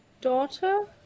daughter